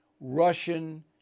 Russian